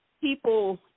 people